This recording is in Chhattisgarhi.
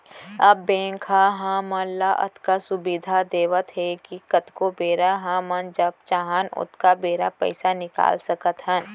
अब बेंक ह हमन ल अतका सुबिधा देवत हे कि कतको बेरा हमन जब चाहन ओतका बेरा पइसा निकाल सकत हन